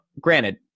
granted